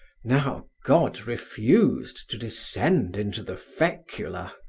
now, god refused to descend into the fecula.